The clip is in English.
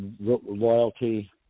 loyalty